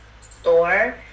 store